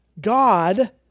God